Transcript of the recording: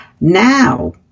Now